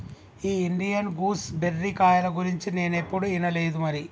ఈ Indian gooseberry కాయల గురించి నేనేప్పుడు ఇనలేదు మరి